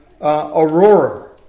Aurora